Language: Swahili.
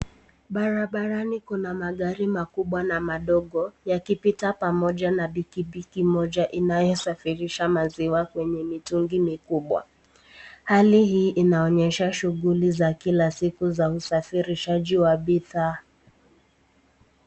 Barabarani kuna magari makubwa na madogo yakipita pamoja na pikipiki moja inayosafirisha maziwa kwenye mitungi mikubwa. Hali hii inaonyesha shughuli za kila siku za usafirishaji wa bidhaa.